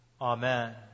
Amen